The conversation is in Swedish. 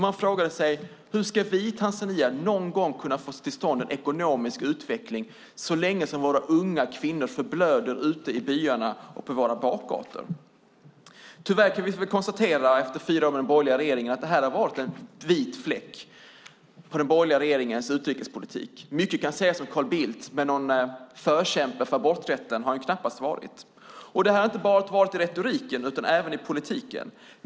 Man frågade sig: Hur ska vi tanzanier få till stånd en ekonomisk utveckling så länge våra unga kvinnor förblöder i byarna och på våra bakgator? Tyvärr kan man konstatera efter fyra år med den borgerliga regeringen att detta har varit en vit fläck i er utrikespolitik. Mycket kan sägas om Carl Bildt, men någon förkämpe för aborträtten har han knappast varit. Det har inte bara gällt retoriken utan även politiken.